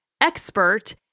expert